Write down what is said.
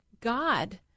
God